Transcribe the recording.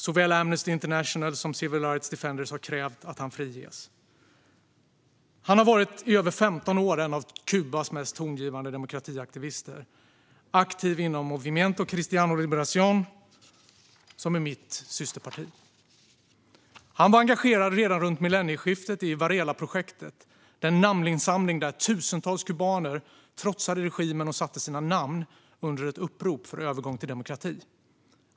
Såväl Amnesty International som Civil Rights Defenders har krävt att han friges. Han har i över 15 år varit en av Kubas mest tongivande demokratiaktivister, aktiv inom Movimiento Cristiano Liberación som är mitt systerparti. Han var engagerad redan runt millennieskiftet i Varelaprojektet, den namninsamling där tusentals kubaner trotsade regimen och satte sina namn under ett upprop för övergång till demokrati.